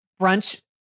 brunch